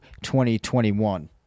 2021